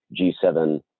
G7